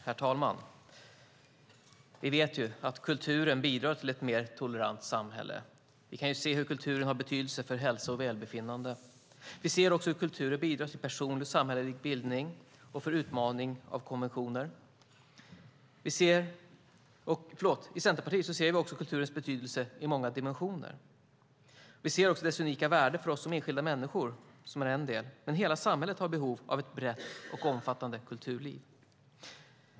Herr talman! Vi vet att kulturen bidrar till ett mer tolerant samhälle. Vi kan se hur kulturen har betydelse för hälsa och välbefinnande. Vi ser också hur kulturen bidrar till personlig och samhällelig bildning och till utmaning av konventioner. I Centerpartiet ser vi kulturens betydelse i många dimensioner. Vi ser också dess unika värde för oss som enskilda människor. Det är en del. Men hela samhället har behov av ett brett och omfattande kulturliv.